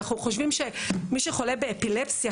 אנחנו חושבים שמי שחולה באפילפסיה,